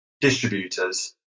distributors